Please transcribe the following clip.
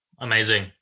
Amazing